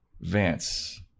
Vance